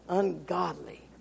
ungodly